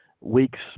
Weeks